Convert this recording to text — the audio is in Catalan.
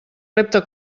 repte